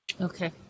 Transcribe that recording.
Okay